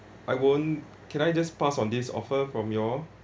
I won't can I just pass on this offer from you all